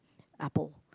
Apple